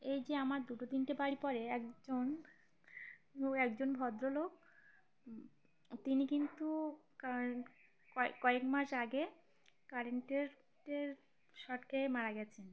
এই যে আমার দুটো তিনটে বাড়ি পরে একজন একজন ভদ্রলোক তিনি কিন্তু কার ক কয়েক মাস আগে কারেন্টেরের শক খেয়ে মারা গেছেন